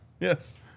Yes